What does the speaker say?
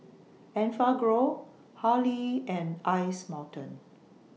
Enfagrow Hurley and Ice Mountain